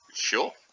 sure